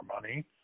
money